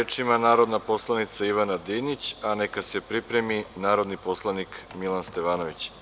Reč ima narodna poslanica Ivana Dinić, a neka se pripremi narodni poslanik Milan Stevanović.